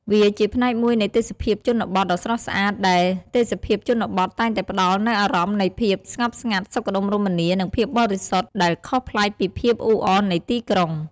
វាជាផ្នែកមួយនៃទេសភាពជនបទដ៏ស្រស់ស្អាតដែលទេសភាពជនបទតែងតែផ្តល់នូវអារម្មណ៍នៃភាពស្ងប់ស្ងាត់ សុខដុមរមនា និងភាពបរិសុទ្ធ ដែលខុសប្លែកពីភាពអ៊ូអរនៃទីក្រុង។